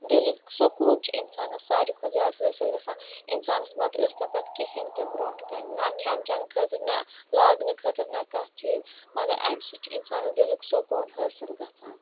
دِلُک سکوٗن چھُ اِنسانَس ساروٕے کھۄتہٕ زیادٕ حٲصِل گژھان اِنسانَس مَہ تہٕ ٲسۍ تَن پَتہٕ کِہیٖنۍ تہِ برٛونٛٹھہٕ کَنۍ نَہ کھیٚن چیٚن خٲطرٕ نَہ لاگنہٕ خٲطرٕ نَہ کانٛہہ چیٖز مَگر اَمہِ سۭتۍ چھُ اِنسانَس دِلُک سکوٗن حٲصِل گژھان